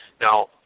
Now